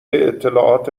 اطلاعات